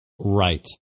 Right